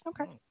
Okay